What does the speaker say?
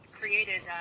created